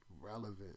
Relevant